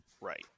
Right